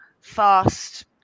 fast